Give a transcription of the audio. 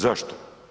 Zašto?